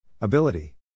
Ability